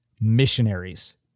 missionaries